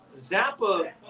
Zappa